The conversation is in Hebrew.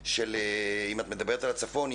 אם את מדברת על הצפון,